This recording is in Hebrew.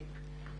אני.